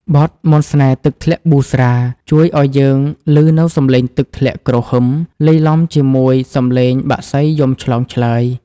បទ «មន្តស្នេហ៍ទឹកធ្លាក់ប៊ូស្រា» ជួយឱ្យយើងឮនូវសំឡេងទឹកធ្លាក់គ្រហឹម លាយឡំជាមួយសំឡេងបក្សីយំឆ្លងឆ្លើយ។